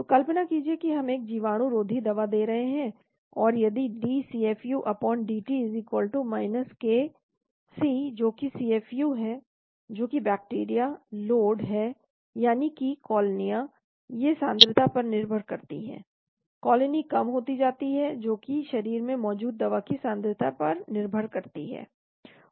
तो कल्पना कीजिए कि हम एक जीवाणुरोधी दवा दे रहे हैं और यदि d CFUdt k C जोकि CFU है जो कि बैक्टीरिया लोड है यानी कि कालोनियां ये सांद्रता पर निर्भर करती हैं कॉलोनी कम होती जाती हैं जो कि शरीर में मौजूद दवा की सांद्रता पर निर्भर करती है